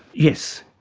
yes,